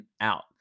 out